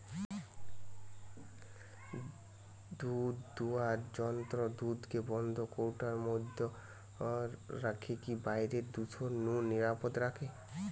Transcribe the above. দুধদুয়ার যন্ত্র দুধকে বন্ধ কৌটার মধ্যে রখিকি বাইরের দূষণ নু নিরাপদ রখে